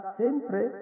sempre